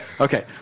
Okay